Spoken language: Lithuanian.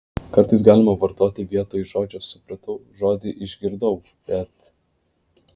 kartais galima vartoti vietoj žodžio supratau žodį išgirdau bet